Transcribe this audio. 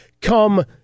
come